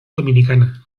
dominicana